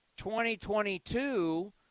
2022